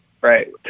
right